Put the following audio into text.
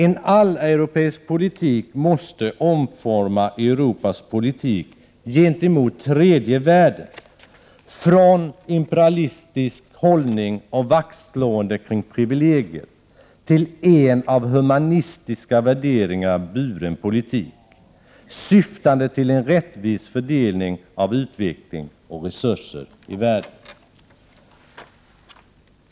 En alleuropeisk politik måste omforma Europas politik gentemot tredje världen från en imperialistisk hållning och ett vaktslående kring privilegier till en av humanistiska värderingar buren politik, syftande till en rättvis fördelning av utveckling och resurser i världen.